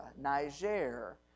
Niger